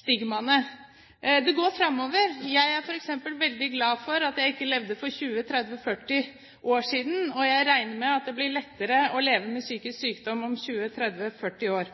stigmaene. Det går framover. Jeg er f.eks. veldig glad for at jeg ikke levde for 20, 30 eller 40 år siden, og jeg regner med at det blir lettere å leve med psykisk sykdom om 20, 30 eller 40 år.